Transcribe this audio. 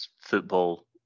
football